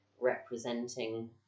representing